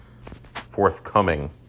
forthcoming